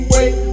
Wait